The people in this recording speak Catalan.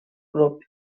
club